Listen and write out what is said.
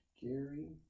Gary